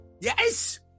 Yes